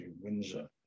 Windsor